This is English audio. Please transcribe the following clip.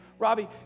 Robbie